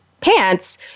Pants